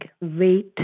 weight